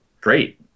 great